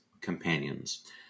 companions